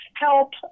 help